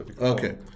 okay